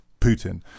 Putin